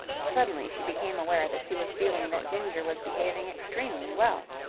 suddenly, she became aware that she was feeling that ginger was behaving extremely well.